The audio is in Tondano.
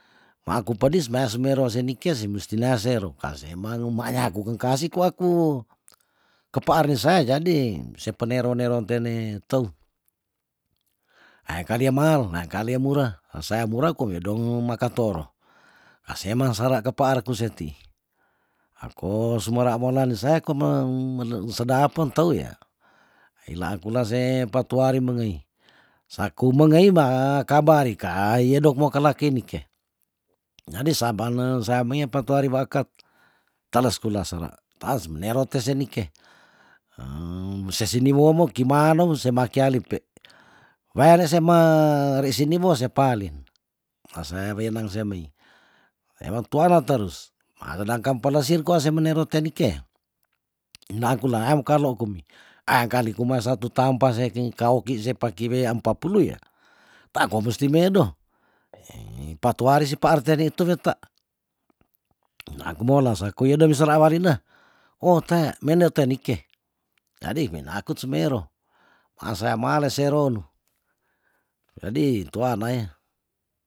Maaku pedis mea semero se nike se musti nea sero ka seeme nguma nyaku kengkasih kwa ku kepaar ni saya jadi se penero nero tene teu hae kali dia mahal nae kali ya murah hesaya murah ko wedong maka toro hase mengsera kepaarku seti hako sumera molan ne saya komeng mene sedapen teu ya peilaa kula se petuari mengei saku mengei maa kabari kaa yedok mo kelak kei ni ke jadi sabane sae mei petuari weaket teles kura sera taas semenero te se nik mese sini womo ki manong se makiali pe weane se me rei sini bo se palin esaya wenang se mei ewa tuana terus ma sedangkan pelesir kwa se menero tea nike nda kulaa mokalo kumi ayang kali kuman satu tampa se keng kaoki se paki we ampa pulu ya taan kwa musti medo patuari si paar te nitu weta naakumola saku wedo mi sera walina oh tea mene te nike jadi minakut semero ansea males seronu jadi tuana e